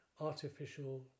artificial